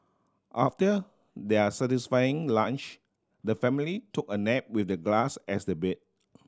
after their satisfying lunch the family took a nap with the grass as the bed